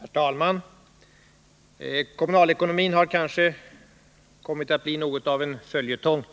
Herr talman! Kommunalekonomin har kommit att bli något av en följetong